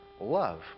love